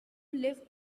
live